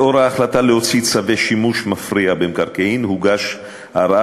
בשל ההחלטה להוציא צווי שימוש מפריע במקרקעין הוגש ערר